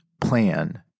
plan